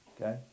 okay